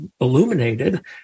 illuminated